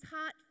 heart